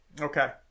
Okay